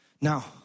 Now